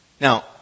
Now